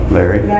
Larry